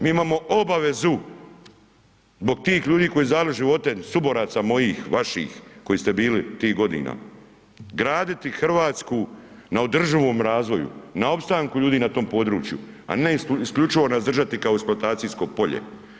Mi imamo obavezu zbog tih ljudi koji su dali živote, suboraca mojih, vaših koji ste bili tih godina graditi Hrvatsku na održivom razvoju, na opstanku ljudi na tom području, a ne isključivo nas držati kao eksploatacijsko polje.